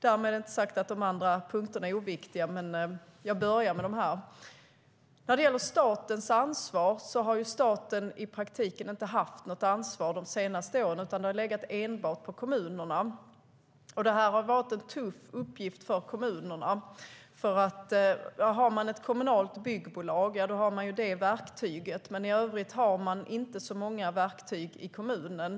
Det är inte därmed sagt att de andra punkterna är oviktiga, men jag börjar med de här. När det gäller statens ansvar har staten i praktiken inte haft något ansvar de senaste åren. I stället har det legat enbart på kommunerna, och det har varit en tuff uppgift för dem. Har man ett kommunalt byggbolag har man nämligen det verktyget, men i övrigt har man inte många verktyg i kommunen.